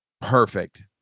Perfect